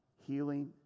healing